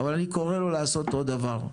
אבל אני קורא לו לעשות עוד דבר,